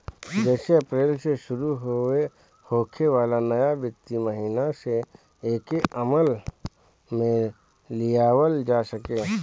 जेसे अप्रैल से शुरू होखे वाला नया वित्तीय महिना से एके अमल में लियावल जा सके